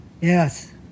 Yes